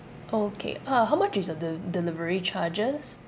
okay ah how much is the de~ delivery charges